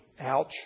Ouch